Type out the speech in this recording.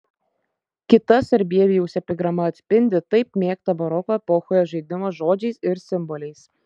kita sarbievijaus epigrama atspindi taip mėgtą baroko epochoje žaidimą žodžiais ir simboliais